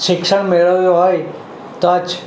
શિક્ષણ મેળવ્યું હોય તો જ